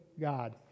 God